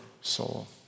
soul